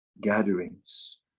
gatherings